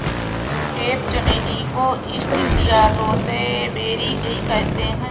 crepe चमेली को East India roseberry भी कहते हैं